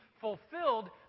fulfilled